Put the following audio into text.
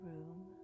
room